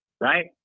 right